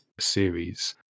series